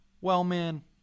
Wellman